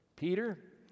Peter